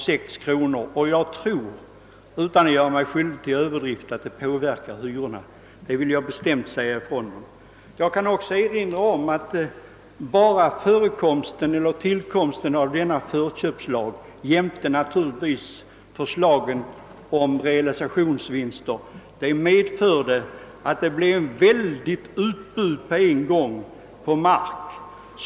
Jag tror att jag, utan att göra mig skyldig till överdrift, vågar påstå att en sådan prisskillnad påverkar hyrorna. Jag kan också erinra om att enbart tillkomsten av denna förköpslag jämte naturligtvis förslaget om skärpt realisationsvinstbeskattning har medfört att det på en gång blivit ett väldigt utbud på mark.